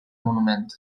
monument